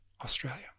Australia